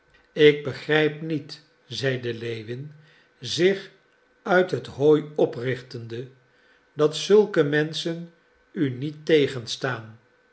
ik begrijp niet zeide lewin zich uit het hooi oprichtende dat zulke menschen u niet tegenstaan